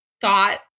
thought